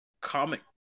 comic